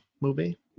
movie